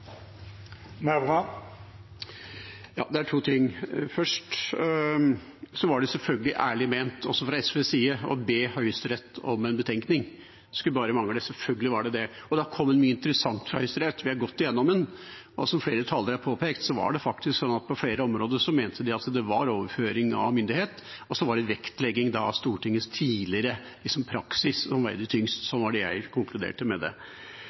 To ting: For det første var det selvfølgelig ærlig ment, også fra SVs side, å be Høyesterett om en betenkning. Det skulle bare mangle – selvfølgelig var det det. Da kom det mye interessant fra Høyesterett. Vi har gått igjennom det, og som flere talere har påpekt, var det faktisk sånn at på flere områder mente de det var overføring av myndighet, og så var det vektlegging av Stortingets tidligere praksis som veide tyngst. Sånn konkluderte jeg om det. Jeg hadde lyst til å si at det